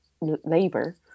labor